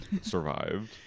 survived